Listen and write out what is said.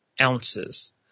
ounces